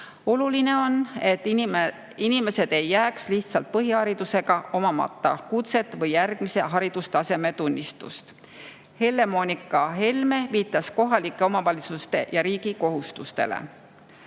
Oluline on, et inimesed ei jääks lihtsalt põhiharidusega, omamata kutset või järgmise haridustaseme tunnistust. Helle-Moonika Helme viitas kohalike omavalitsuste ja riigi kohustustele.